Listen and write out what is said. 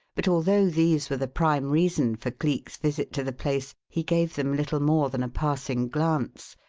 but although these were the prime reason for cleek's visit to the place, he gave them little more than a passing glance,